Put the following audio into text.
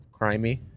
crimey